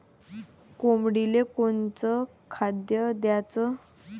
कोंबडीले कोनच खाद्य द्याच?